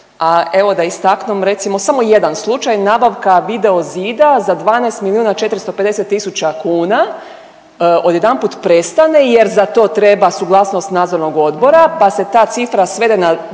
evo da istaknem, recimo, samo jedan slučaj, nabavka videozida za 12 450 000 kn, odjedanput prestane jer za to treba suglasnost nadzornog odbora pa se ta cifra svede na